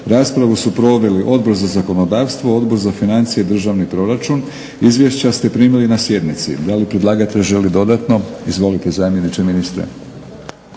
Raspravu su proveli Odbor za zakonodavstvo, Odbor za financije i državni proračun. Izvješća ste primili na sjednici. Da li predlagatelj želi dodatno? Izvolite zamjeniče ministra